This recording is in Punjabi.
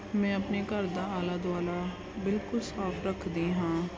ਮੈਂ ਆਪਣੇ ਘਰ ਦਾ ਆਲਾ ਦੁਆਲਾ ਬਿਲਕੁਲ ਸਾਫ ਰੱਖਦੀ ਹਾਂ